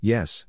Yes